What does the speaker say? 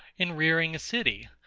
in rearing a city,